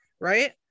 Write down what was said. right